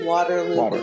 Waterloo